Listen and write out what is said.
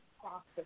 process